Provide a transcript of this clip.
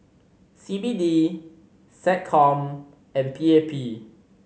C B D SecCom and P A P